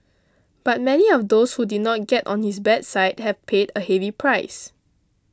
but many of those who did not get on his bad side have paid a heavy price